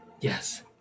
Yes